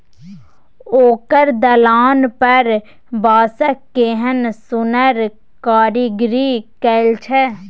ओकर दलान पर बांसक केहन सुन्नर कारीगरी कएल छै